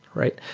right?